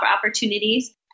opportunities